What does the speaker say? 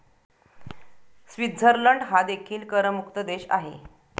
Switzerland हा देखील करमुक्त देश आहे